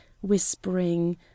whispering